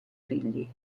figli